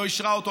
לא אישרה את זה,